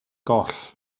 goll